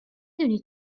دونی